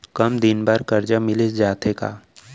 कम दिन बर करजा मिलिस जाथे का?